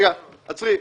עצרי.